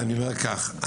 אומר כך,